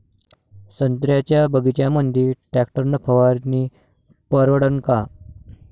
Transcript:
संत्र्याच्या बगीच्यामंदी टॅक्टर न फवारनी परवडन का?